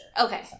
Okay